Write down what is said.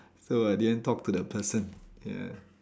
so I didn't talk to that person ya